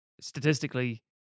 statistically